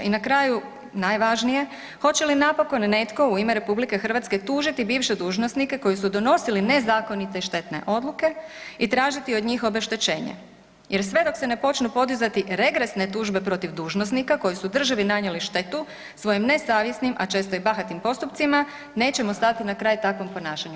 I na kraju najvažnije, hoće li napokon netko u ime RH tužiti bivše dužnosnike koji su donosili nezakonite i štetne odluke i tražiti od njih obeštećenje, jer sve dok se ne počnu podizati regresne tužbe protiv dužnosnika koji su državi nanijeli štetu svojim nesavjesnim, a često i bahatim postupcima nećemo stati na kraj takvom ponašanju.